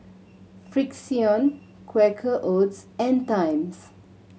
Frixion Quaker Oats and Times